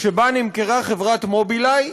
שבה נמכרה חברת "מובילאיי",